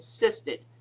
insisted